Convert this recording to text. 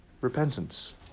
repentance